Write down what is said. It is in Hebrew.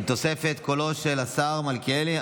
עם תוספת קולו של השר מלכיאלי?